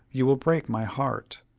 you will break my heart.